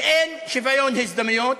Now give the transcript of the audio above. ואין שוויון הזדמנויות.